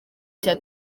cya